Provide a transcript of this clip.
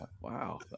wow